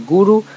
Guru